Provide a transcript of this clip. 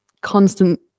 constant